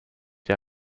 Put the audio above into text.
der